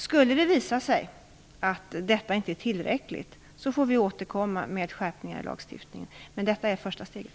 Skulle det visa sig att detta inte är tillräckligt får vi återkomma med skärpningar i lagstiftningen. Detta är ändå första steget.